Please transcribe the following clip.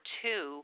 two